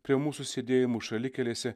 prie mūsų sėdėjimų šalikelėse